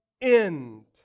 end